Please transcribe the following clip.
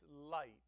light